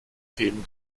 themen